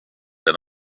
and